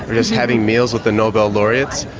just having meals with the nobel laureates,